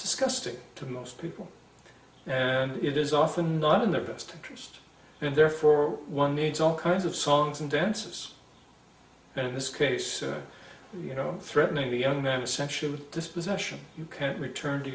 disgusting to most people and it is often not in their best interest and therefore one needs all kinds of songs and dances and in this case you know threatening the young man essentially dispossession you can't return to